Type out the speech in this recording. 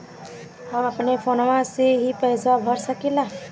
हम अपना फोनवा से ही पेसवा भर सकी ला?